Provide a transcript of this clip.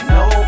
no